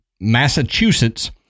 Massachusetts